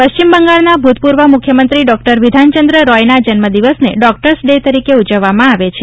પશ્ચિમ બંગાળના ભૂતપૂર્વ મુખ્યમંત્રી ડોક્ટર વિધાનચંદ્ર રોયના જન્મદિવસને ડોક્ટર્સ ડે તરીકે ઉજવવામાં આવે છે